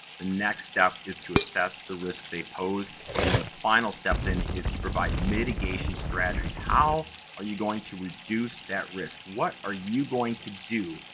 the next step is to assess the risk they pose, and the final step then is to provide mitigation strategies. how are you going to reduce that risk? what are you going to do?